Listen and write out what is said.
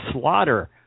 slaughter